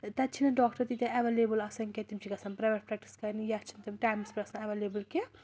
تَتہِ چھِنہٕ ڈاکٹر تیٖتیٛاہ اٮ۪وٮ۪لیبٕل آسان کیٚنٛہہ تِم چھِ گژھان پرٛایویٹ پرٛٮ۪کٹِس کَرنہِ یا چھِنہٕ تِم ٹایمَس پٮ۪ٹھ آسان اٮ۪وٮ۪لیبٕل کیٚنٛہہ